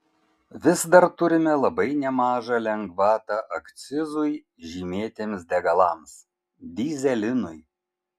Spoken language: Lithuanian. vis dar turime labai nemažą lengvatą akcizui žymėtiems degalams dyzelinui